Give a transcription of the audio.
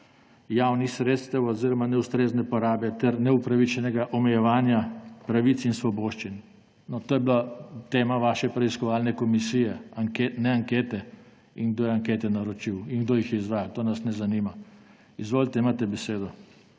javnih sredstev oziroma neustrezne porabe ter neupravičenega omejevanja pravic in svoboščin. To je bila tema vaše preiskovalne komisije, ne ankete in kdo je ankete naročil in kdo jih je izvajal. To nas ne zanima. Izvolite, imate besedo.